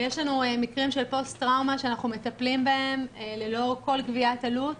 ויש לנו מקרים של פוסט טראומה שאנחנו מטפלים בהם ללא כל גביית עלות,